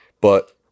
but-